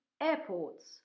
airports